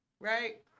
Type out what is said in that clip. Right